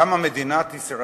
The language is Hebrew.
היא קמה על בסיס